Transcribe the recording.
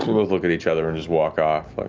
both look at each other and just walk off. like